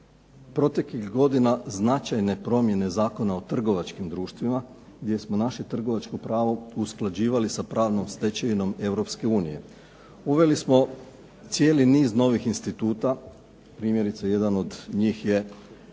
proteklih godina značajne promjene Zakona o trgovačkim društvima gdje smo naše trgovačko pravo usklađivali sa pravnom stečevinom Europske unije. Uveli smo cijeli niz novih instituta. Primjerice, jedan od njih je